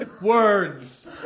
words